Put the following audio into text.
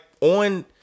On